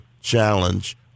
challenge